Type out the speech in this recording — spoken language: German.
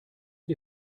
die